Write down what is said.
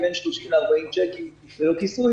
היא בין 30 ל-40 צ'קים ללא כיסוי